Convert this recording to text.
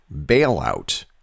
bailout